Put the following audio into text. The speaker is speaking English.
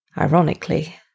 ironically